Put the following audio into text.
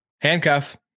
Handcuff